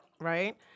Right